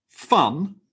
fun